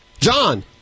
John